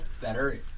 better